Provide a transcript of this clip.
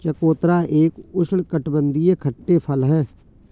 चकोतरा एक उष्णकटिबंधीय खट्टे फल है